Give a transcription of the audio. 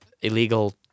illegal